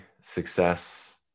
success